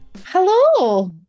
Hello